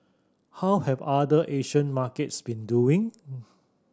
how have other Asian markets been doing